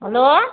hello